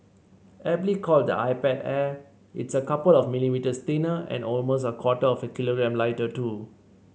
aptly called the iPad Air it's a couple of millimetres thinner and almost a quarter of a kilogram lighter too